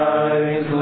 eyes